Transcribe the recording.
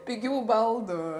pigių baldų